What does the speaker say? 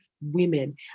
women